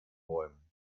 bäumen